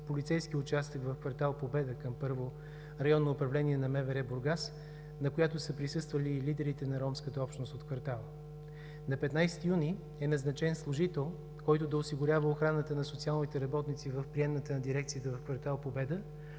полицейския участък в кв. „Победа“ към Първо районно управление на МВР – Бургас, на която са присъствали и лидерите на ромската общност от квартала. На 15 юни е назначен служител, който да осигурява охраната на социалните работници в приемната на дирекцията в кв. „Победа“,